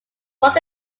work